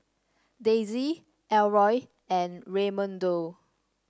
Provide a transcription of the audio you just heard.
Daisey Elroy and Raymundo